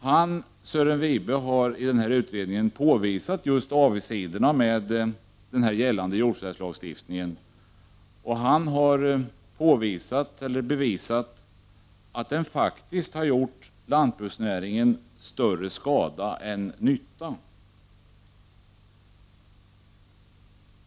Han har i sin utredning påvisat avigsidorna med den gällande jordförvärvslagstiftningen, och han har bevisat att den faktiskt har gjort lantbruksnäringen större skada än nytta.